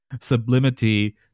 sublimity